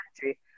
country